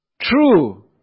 true